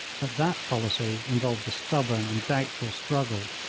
but that policy involved a stubborn and doubtful struggle,